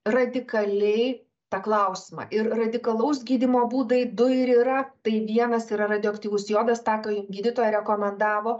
radikaliai tą klausimą ir radikalaus gydymo būdai du ir yra tai vienas yra radioaktyvus jodas ta ką gydytoja rekomendavo